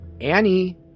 Annie